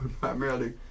primarily